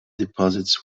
deposits